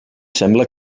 sembla